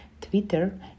Twitter